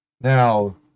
now